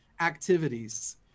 activities